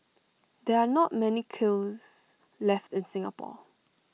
there are not many kilns left in Singapore